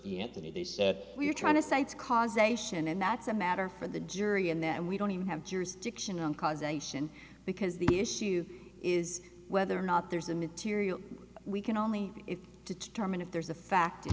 said we're trying to cites causation and that's a matter for the jury and then we don't even have jurisdiction on causation because the issue is whether or not there's a material we can only if determine if there's a fact